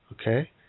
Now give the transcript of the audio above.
Okay